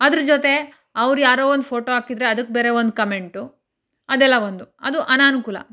ಅದ್ರ ಜೊತೆ ಅವ್ರು ಯಾರೋ ಒಂದು ಫೋಟೋ ಹಾಕಿದ್ರೆ ಅದಕ್ಕೆ ಬೇರೆಯೊಂದು ಕಮೆಂಟು ಅದೆಲ್ಲ ಒಂದು ಅದು ಅನಾನುಕೂಲ